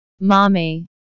Mommy